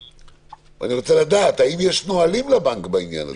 אני רוצה לדעת, האם יש נהלים לבנק בעניין הזה?